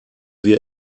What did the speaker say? wir